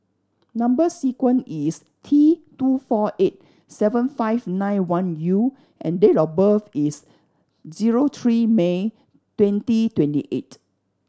number sequence is T two four eight seven five nine one U and date of birth is zero three May twenty twenty eight